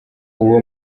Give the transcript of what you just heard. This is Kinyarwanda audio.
uwo